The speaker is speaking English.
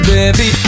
Baby